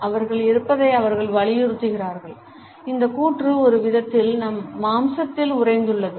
அவர்கள் இருப்பதை அவர்கள் வலியுறுத்துகிறார்கள் இந்த கூற்று ஒரு விதத்தில் நம் மாம்சத்தில் உறைந்துள்ளது